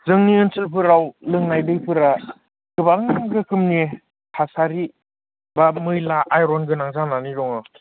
जोंनि ओनसोलफोराव लोंनाय दैफोरा गोबां रोखोमनि थासारि बा मैला आइर'न गोनां जानानै दङ